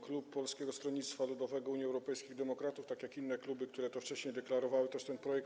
Klub Polskiego Stronnictwa Ludowego - Unii Europejskich Demokratów tak jak inne kluby, które to wcześniej deklarowały, także poprze ten projekt.